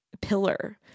pillar